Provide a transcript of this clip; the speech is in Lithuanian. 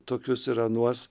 tokius ir anuos